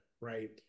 right